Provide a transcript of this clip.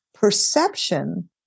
perception